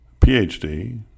PhD